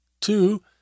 Two